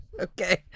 Okay